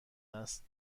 است